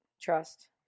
trust